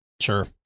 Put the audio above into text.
Sure